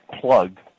plug